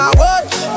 watch